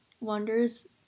wonders